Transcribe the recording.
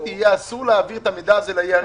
יהיה אסור להעביר את המידע הזה ל-ERN,